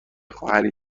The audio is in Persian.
خواهری